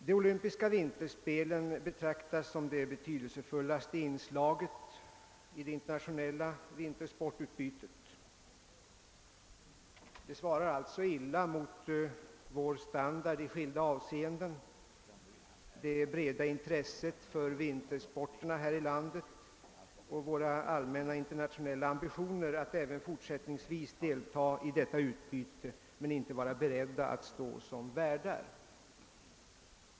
De olympiska vinterspelen betraktas som det betydelsefullaste inslaget i det internationella vintersportsutbytet och det svarar alltså illa mot vår standard i olika avseenden, det breda intresset för vintersporterna här i landet och våra allmänna internationella ambitioner att även fortsättningsvis delta i detta utbyte, om vi inte skulle vara beredda att stå som värdar.